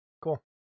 Cool